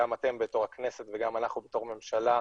גם אתם בתור הכנסת וגם אנחנו בתור ממשלה,